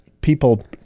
people